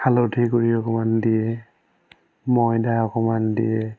হালধি গুড়ি অকণমান দিয়ে ময়দা অকণমান দিয়ে